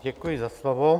Děkuji za slovo.